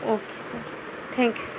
okay sir thank you sir